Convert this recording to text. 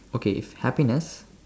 okay if happiness